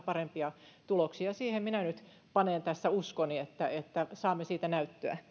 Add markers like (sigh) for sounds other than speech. (unintelligible) parempia tuloksia minä nyt panen tässä uskoni siihen että saamme siitä näyttöä (unintelligible)